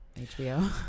HBO